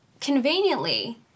conveniently